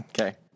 Okay